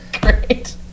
Great